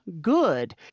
good